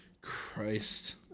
Christ